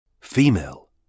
female